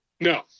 No